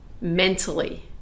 mentally